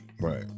right